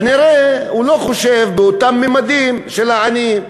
כנראה הוא לא חושב באותם ממדים של העניים.